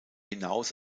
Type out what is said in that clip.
hinaus